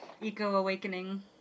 eco-awakening